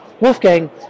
Wolfgang